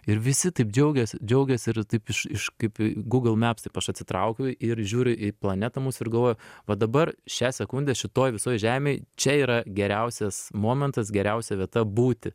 ir visi taip džiaugiasi džiaugiasi ir taip iš iš kaip gūgl meps taip aš atsitraukiu ir žiūri į planetą mūsų ir galvoju va dabar šią sekundę šitoj visoj žemėj čia yra geriausias momentas geriausia vieta būti